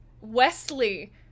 Wesley